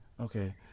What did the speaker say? Okay